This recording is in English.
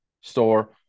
Store